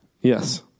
Yes